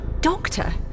Doctor